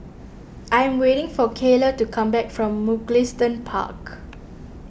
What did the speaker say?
I am waiting for Cayla to come back from Mugliston Park